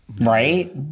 Right